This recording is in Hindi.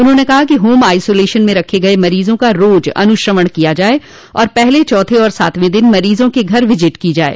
उन्होंने कहा कि होम आइसोलेशन में रखे गये मरीजों का रोज अनुश्रवण किया जाये और पहले चौथे और सातवें दिन मरीजों के घर पर विजिट की जाये